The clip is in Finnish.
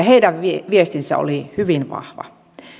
heidän viestinsä oli hyvin vahva